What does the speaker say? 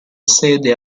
sede